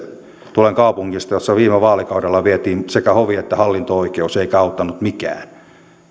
tulen kaupungista josta viime vaalikaudella vietiin sekä hovi että hallinto oikeus eikä auttanut mikään